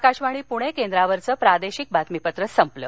आकाशवाणी पुणे केंद्रावरचं प्रादेशिक बातमीपत्र संपलं